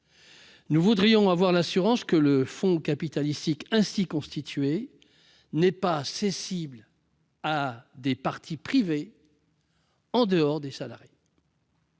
Nous voudrions avoir l'assurance que le fonds capitalistique ainsi constitué ne sera pas cessible à des parties privées autres que les salariés.